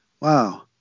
Wow